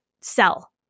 sell